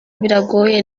biragoye